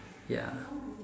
ya